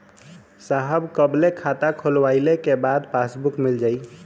साहब कब ले खाता खोलवाइले के बाद पासबुक मिल जाई?